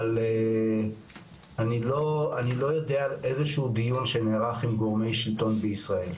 אבל אני לא יודע על איזה שהוא דיון שנערך עם גורמי שלטון בישראל.